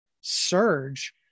surge